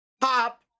Pop